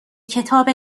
کتاب